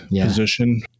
position